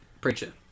Preacher